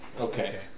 Okay